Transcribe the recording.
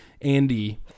Andy